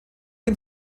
dem